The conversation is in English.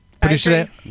Producer